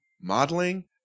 modeling